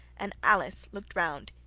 and alice looked round,